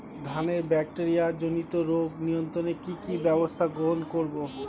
ধানের ব্যাকটেরিয়া জনিত রোগ নিয়ন্ত্রণে কি কি ব্যবস্থা গ্রহণ করব?